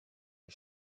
die